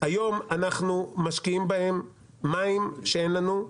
היום אנחנו משקיעים בהם מים שאין לנו,